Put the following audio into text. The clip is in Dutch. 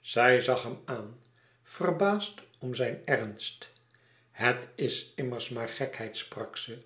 zij zag hem aan verbaasd om zijn ernst het is immers maar gekheid sprak ze